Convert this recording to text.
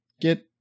get